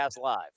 Live